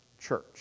church